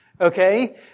okay